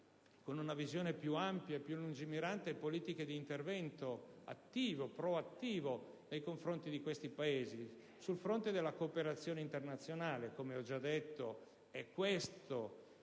con una visione più ampia e lungimirante, politiche di intervento proattivo nei confronti dei Paesi in questione. Sul fronte della cooperazione internazionale - come ho già detto - è questo